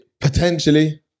Potentially